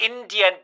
Indian